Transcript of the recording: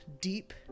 deep